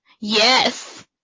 Yes